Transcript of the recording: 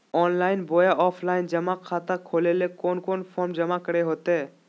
Online बोया offline जमा खाता खोले ले कोन कोन फॉर्म जमा करे होते?